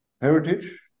heritage